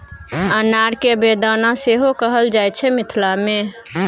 अनार केँ बेदाना सेहो कहल जाइ छै मिथिला मे